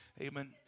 Amen